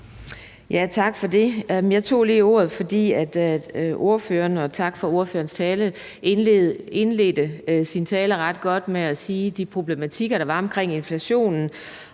Tak for det. Jeg bad lige om ordet – og tak for ordførerens tale – fordi ordføreren indledte sin tale ret godt ved at nævne de problematikker, der var omkring inflationen.